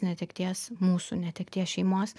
netekties mūsų netekties šeimos